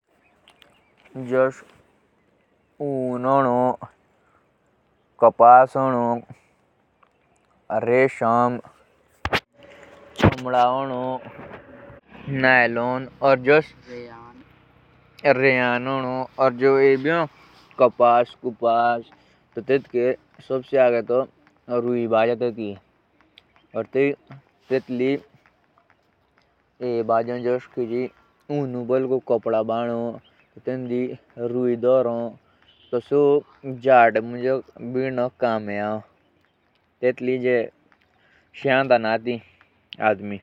जुष ऊन हो कपास। रेशम। मैलों। रेयान। और जो कपास भी हो ततुक सबसे आगे तो रूई पदने घटने। और ततके बाद ततके आम्हे खातून भानु। और तब से जड़े मुझे भीड़नोक कमे आओ।